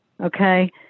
okay